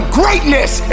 greatness